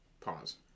Pause